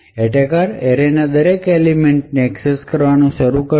attacker arena દરેક એલિમેંટને access કરવાનું શરૂ કરશે